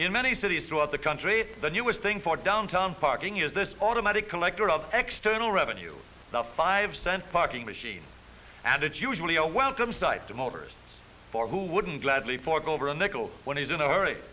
in many cities throughout the country the newest thing for downtown parking is this automatic collector of external revenue the five cent parking machine and it's usually a welcome sight to motorists for who wouldn't gladly fork over a nickel when he's in a hurry